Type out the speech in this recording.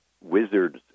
wizards